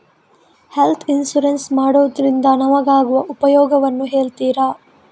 Health insurance ಮಾಡೋದ್ರಿಂದ ನಮಗಾಗುವ ಉಪಯೋಗವನ್ನು ಹೇಳ್ತೀರಾ?